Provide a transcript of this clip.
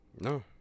No